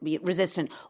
resistant